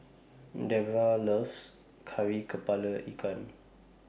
Debroah loves Kari Kepala Ikan